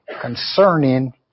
concerning